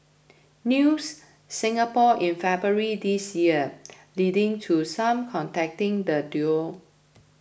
News Singapore in February this year leading to some contacting the duo